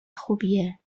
خوبیه